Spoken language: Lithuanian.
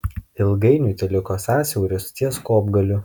ilgainiui teliko sąsiauris ties kopgaliu